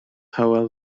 hywel